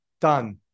done